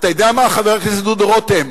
אתה יודע מה, חבר הכנסת דודו רותם?